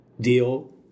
deal